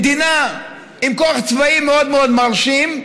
מדינה עם כוח צבאי מאוד מאוד מרשים,